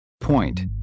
Point